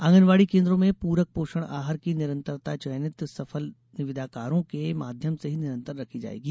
आंगनवाड़ी केन्द्रों में पूरक पोषण आहार की निरंतरता चयनित सफल निविदाकारों के माध्यम से ही निरंतर रखी जाएगी